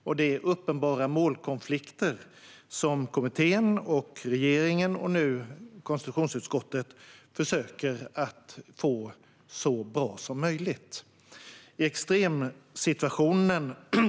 Det finns uppenbara målkonflikter som kommittén, regeringen och nu konstitutionsutskottet försökt lösa så bra som möjligt.